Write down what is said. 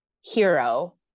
hero